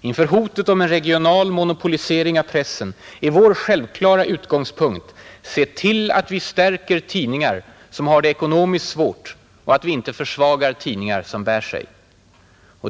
Inför hotet om en regional monopolisering av pressen är vår självklara utgångspunkt: Se till att vi stärker tidningar som har det ekonomiskt svårt och att vi inte försvagar tidningar som bär sig.